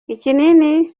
ikinini